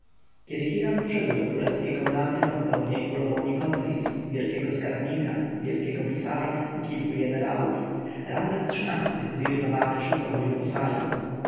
kiedy hiram wszedł do królewskiej komnaty zastał w niej królowę nikotris wielkiego skarbnika wielkiego pisarza i kilku jenerałów ramzes xiii-ty zirytowany szybko chodził po sali